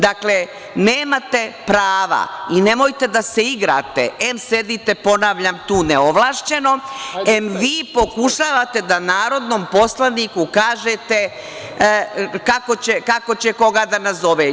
Dakle, nemate prava i nemojte da se igrate, em sedite, ponavljam, tu neovlašćeno, em vi pokušavate da narodnom poslaniku kažete kako će koga da nazovem.